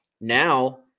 Now